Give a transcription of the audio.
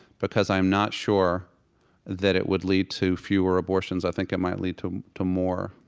because i am not sure that it would lead to fewer abortions, i think it might lead to to more.